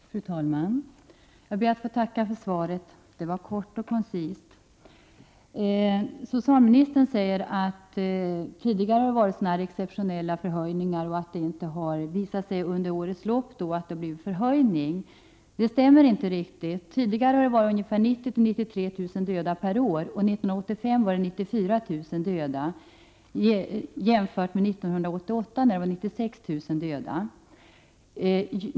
Fru talman! Jag ber att få tacka för svaret. Det var kort och koncist. Socialministern säger att det vid tidigare tillfällen har varit exceptionella förhöjningar och att det under årets lopp inte har visat sig att det har blivit en förhöjning. Det stämmer inte riktigt. Tidigare var det 90 000-93 000 döda per år. År 1985 var det 94 000 döda, jämfört med 1988 när det var 96 000 döda.